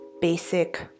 basic